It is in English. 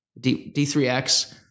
d3x